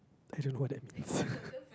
I don't know what that means